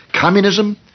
Communism